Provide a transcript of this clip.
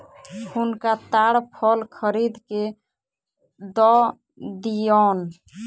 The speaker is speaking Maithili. हुनका ताड़ फल खरीद के दअ दियौन